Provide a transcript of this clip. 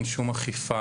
אין שום אכיפה,